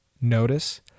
notice